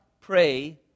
pray